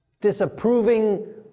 disapproving